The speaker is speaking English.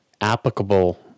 applicable